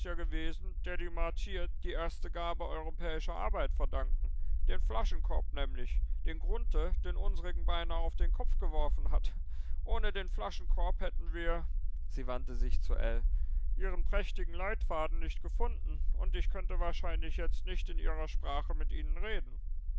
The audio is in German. gewesen der die martier die erste gabe europäischer arbeit verdanken den flaschenkorb nämlich den grunthe den unsrigen beinahe auf den kopf geworfen hat ohne den flaschenkorb hätten wir sie wandte sich zu ell ihren prächtigen leitfaden nicht gefunden und ich könnte wahrscheinlich jetzt nicht in ihrer sprache mit ihnen reden